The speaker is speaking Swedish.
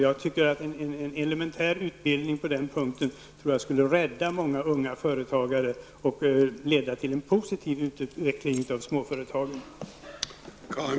Jag tror bara att en elementär utbildning skulle rädda många nya företagare och leda till en positiv utveckling av småföretagen.